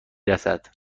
رسد